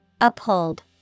Uphold